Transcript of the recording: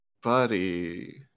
Buddy